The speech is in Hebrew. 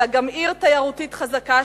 אלא גם עיר תיירותית חזקה,